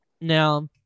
Now